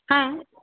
হ্যাঁ